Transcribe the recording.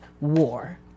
war